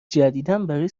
جدیدابرای